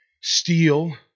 steal